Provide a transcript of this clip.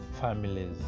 families